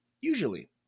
usually